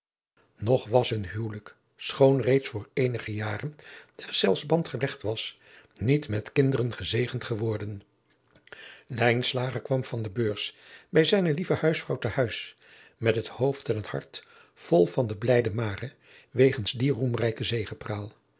nog was hun huwelijk schoon reeds adriaan loosjes pzn het leven van maurits lijnslager voor eenige jaren deszelfs band gelegd was niet met kinderen gezegend geworden lijnslager kwam van de beurs bij zijne lieve huisvrouw te huis met het hoofd en het hart vol van de blijde mare wegens die roemrijke